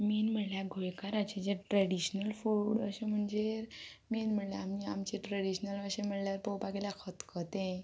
main म्हणल्यार गोंयकाराचें जें ट्रॅडिशनल फूड अशें म्हणजेर मेन म्हणल्यार आमी आमचें ट्रॅडिशनल अशें म्हणल्यार पोवपा गेल्या खतखतें